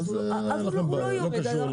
הוא לא יורד,